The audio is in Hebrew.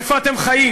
איפה אתם חיים,